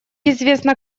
известно